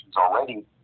already